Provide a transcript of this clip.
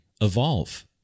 evolve